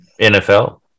NFL